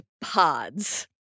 pods